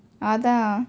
அதான்:athaan